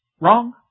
Wrong